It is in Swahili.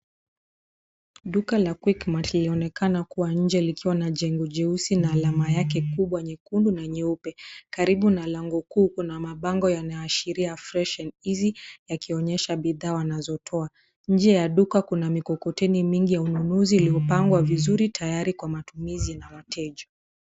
Duka la quickmat linaonekana kuwa nje likiwa na jengo jeusi na alama yake kubwa nyekundu na nyeupe. Karubu na lango kuu kuna mabango yanaashiria fresh and easy yakionyesha bidhaa wanazotoa. Nje ya duka kuna mikokoteni mingi ya ununuzi iliyopangwa vizuri tayari kwa matumizi na wateja.